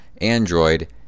Android